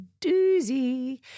doozy